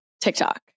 TikTok